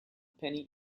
penny